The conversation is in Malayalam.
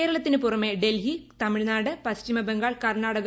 കേരളത്തിനു പുറമെ ഡൽഹി തമിഴ്നാട് പശ്ചിമ ബംഗാൾ കർണാടക